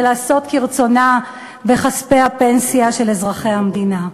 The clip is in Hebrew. ולעשות כרצונה בכספי הפנסיה של אזרחי המדינה.